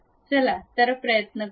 चला तर प्रयत्न करूया